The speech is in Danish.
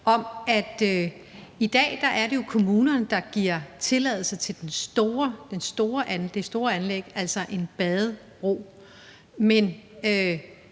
at det i dag er kommunerne, der giver tilladelse til de store anlæg, altså en badebro, men